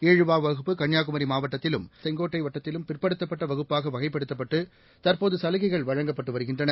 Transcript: ஈழுவாவகுப்பு கன்னியாகுமரிமாவட்டத்திலும் திருநெல்வேலிமாவட்டம் செங்கோட்டைவட்டத்திலும் பிற்படுத்தப்பட்டவகுப்பாகவகைப்படுத்தப்பட்டு தற்போதுசலுகைகள் வழங்கப்பட்டுவருகின்றன